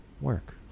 Work